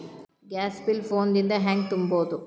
Gas bill phone ದಿಂದ ಹ್ಯಾಂಗ ತುಂಬುವುದು?